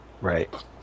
Right